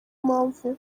mpamvu